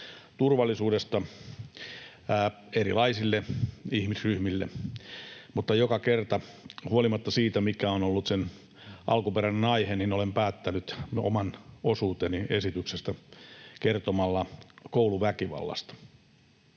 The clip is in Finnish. turvallisuudesta erilaisille ihmisryhmille, mutta joka kerta huolimatta siitä, mikä on ollut sen alkuperäinen aihe, olen päättänyt oman osuuteni esityksestä kertomalla kouluväkivallasta.